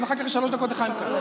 אז אחר כך יש שלוש דקות לחיים כץ.